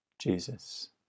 Jesus